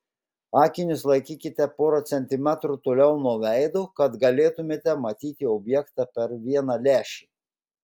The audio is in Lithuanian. akinius laikykite porą centimetrų toliau nuo veido kad galėtumėte matyti objektą per vieną lęšį